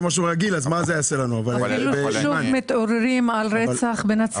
אפילו ששוב מתעוררים לרצח בנצרת.